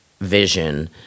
vision